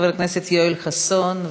חבר הכנסת יואל חסון,